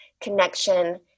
connection